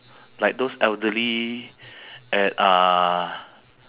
I will buy some packet of rice for them